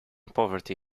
poverty